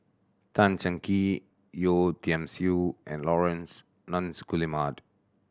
Tan Cheng Kee Yeo Tiam Siew and Laurence Nunns Guillemard